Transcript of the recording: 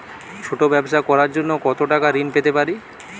ছোট ব্যাবসা করার জন্য কতো টাকা ঋন পেতে পারি?